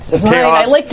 Chaos